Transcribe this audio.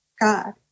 God